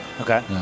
Okay